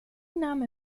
name